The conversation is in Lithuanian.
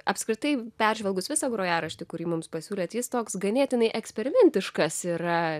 apskritai peržvelgus visą grojaraštį kurį mums pasiūlėt jis toks ganėtinai eksperimentiškas yra